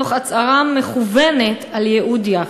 תוך הצהרה מכוונת על "ייהוד יפו".